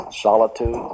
Solitude